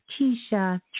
Keisha